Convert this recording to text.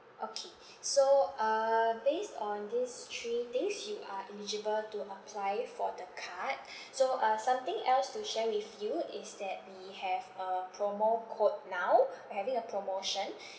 okay so uh based on these three things you are eligible to apply for the card so uh something else to share with you is that we have a promo code now we're having a promotion